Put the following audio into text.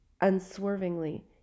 unswervingly